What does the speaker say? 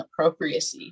appropriacy